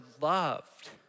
loved